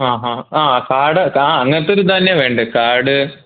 ആ ആ ആ കാട് കാ ആ അങ്ങനത്തെ ഒരിത് തന്നെയാണ് വേണ്ടത് കാട്